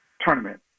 tournament